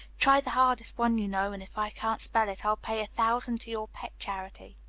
try the hardest one you know, and if i can't spell it, i'll pay a thousand to your pet charity.